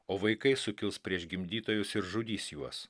o vaikai sukils prieš gimdytojus ir žudys juos